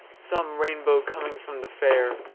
some rainbow coming from the fair!